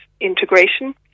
integration